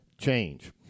Change